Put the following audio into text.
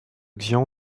xian